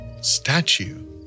statue